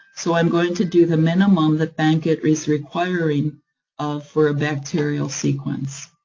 so i'm going to do the minimum that bankit is requiring um for a bacterial sequence.